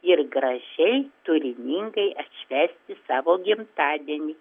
ir gražiai turiningai atšvęsti savo gimtadienį